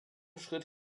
schritt